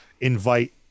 invite